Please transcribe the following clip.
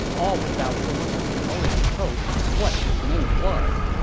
all without so much as telling his host what his name was.